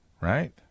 Right